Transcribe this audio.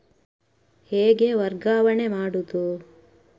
ಹೇಗೆ ವರ್ಗಾವಣೆ ಮಾಡುದು?